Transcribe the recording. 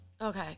Okay